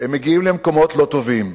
הם מגיעים למקומות לא טובים.